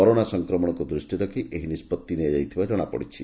corona ସଂକ୍ରମଣକୁ ଦୃଷ୍କିରେ ରଖ୍ ଏହି ନିଷ୍ବତ୍ତି ନିଆଯାଇଥିବା ଜଣାପଡିଛି